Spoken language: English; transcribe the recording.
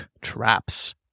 traps